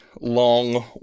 long